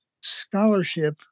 scholarship